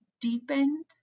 deepened